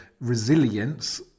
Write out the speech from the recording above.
resilience